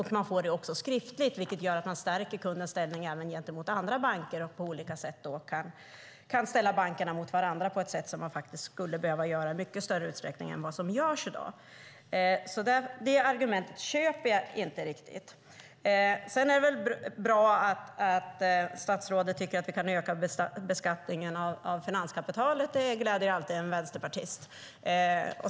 Kunden får det också skriftligt, vilket stärker kundens ställning även gentemot andra banker och kan ställa bankerna mot varandra - vilket skulle behöva göras i större utsträckning än vad som görs i dag. Det argumentet köper jag inte riktigt. Det är bra att statsrådet tycker att vi kan öka beskattningen av finanskapitalet. Det gläder alltid en vänsterpartist.